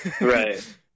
Right